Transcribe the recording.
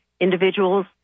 individuals